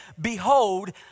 Behold